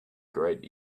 great